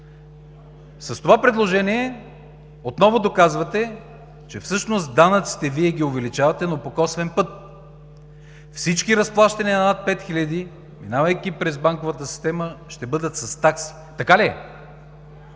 с това предложение отново доказвате, че всъщност данъците Вие ги увеличавате по косвен път. Всички разплащания над 5 хиляди, минавайки през банковата система, ще бъдат с такси. Така ли е?